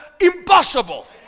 impossible